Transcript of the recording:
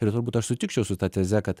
ir turbūt aš sutikčiau su ta teze kad